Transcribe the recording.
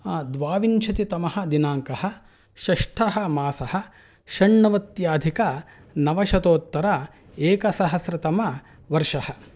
द्वाविंशतितमः दिनाङ्कः षष्ठः मासः षण्णवत्यधिकनवशतोत्तर एकसहस्रतमवर्षः